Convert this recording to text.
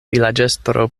vilaĝestro